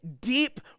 deep